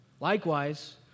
Likewise